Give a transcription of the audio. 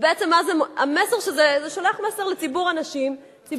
זה שולח מסר לציבור הנשים, כשיתפרסם.